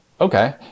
okay